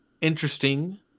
interesting